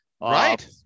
Right